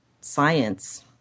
science